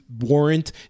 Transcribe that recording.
warrant